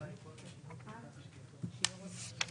15:54.)